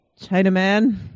Chinaman